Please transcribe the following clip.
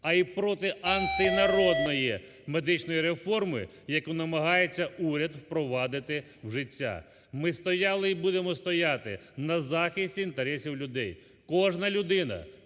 а і проти антинародної медичної реформи, яку намагається уряд впровадити в життя. Ми стояли і будемо стояти на захисті інтересів людей. Кожна людина,